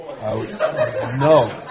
No